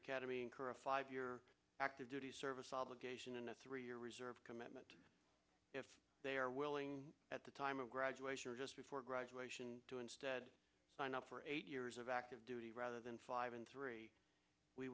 academy incur a five year active duty service obligation in a three year commitment if they are willing at the time of graduation or just before graduation to instead sign up for eight years of active duty rather than five and three we